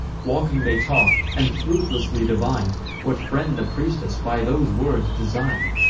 walking, they talk'd, and fruitlessly divin'd what friend the priestess by those words design'd.